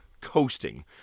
coasting